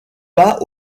pas